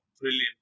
brilliant